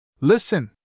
Listen